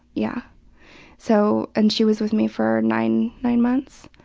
yeah so and she was with me for nine nine months.